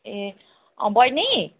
ए बैनी